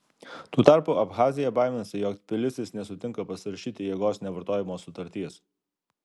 tuo tarpu abchazija baiminasi jog tbilisis nesutinka pasirašyti jėgos nevartojimo sutarties